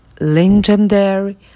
legendary